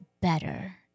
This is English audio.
better